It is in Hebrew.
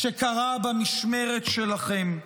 שקרה במשמרת שלכם?